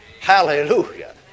Hallelujah